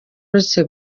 uretse